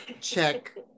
check